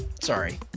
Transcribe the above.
Sorry